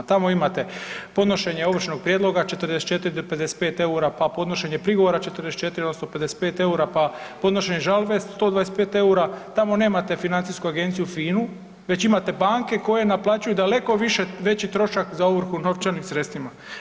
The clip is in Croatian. Tamo imate podnošenje ovršnog prijedloga 44 do 55 EUR-a, pa podnošenje prigovora 44 odnosno 55 EUR-a, pa podnošenje žalbe 125 EUR-a, tamo nemate Financijsku agenciju, FINA-u već imate banke koje naplaćuju daleko više, veći trošak za ovrhu na novčanim sredstvima.